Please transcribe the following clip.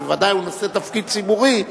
שבוודאי הוא נושא תפקיד ציבורי,